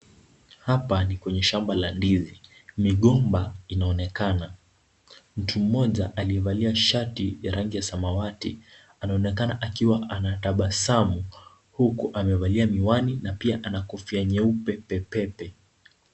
Hapa ni kwenye shamba la ndizi. Migomba inaonekana. Mtu mmoja aliyevalia shati ya rangi ya samawati anaonekana akiwa anatabasamu, huku amevalia miwani, na pia ana kofia nyeupe pepepe.